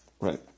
right